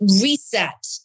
reset